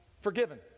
Forgiven